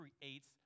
creates